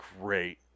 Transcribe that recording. great